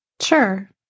Sure